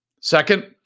Second